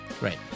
right